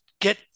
get